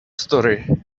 story